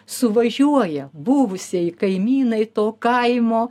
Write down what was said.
suvažiuoja buvusieji kaimynai to kaimo